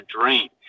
drink